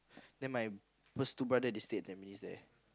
then my first two brother they stay at Tampines there